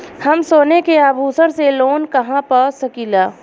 हम सोने के आभूषण से लोन कहा पा सकीला?